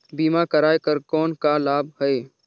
बीमा कराय कर कौन का लाभ है?